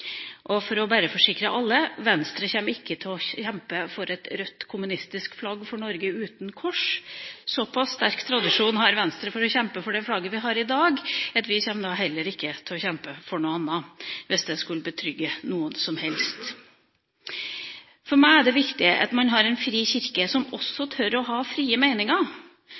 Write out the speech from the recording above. for å forsikre alle: Venstre kommer ikke til å kjempe for et rødt, kommunistisk flagg uten kors for Norge. Såpass sterk tradisjon har Venstre for å kjempe for det flagget vi har i dag, at vi kommer heller ikke til å kjempe for noe annet – hvis det skulle betrygge noen som helst. For meg er det viktig at vi har en fri kirke som også tør å ha frie meninger.